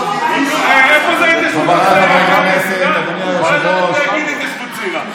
לא עשיתם כלום 12 שנה.